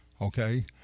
okay